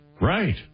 Right